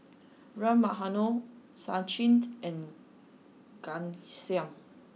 Ram Manohar Sachin and Ghanshyam